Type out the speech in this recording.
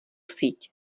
síť